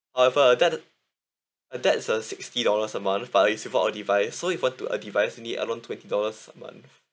but if uh that uh that's a sixty dollars a month but you received a device so if you want to a device you need alone twenty dollars a month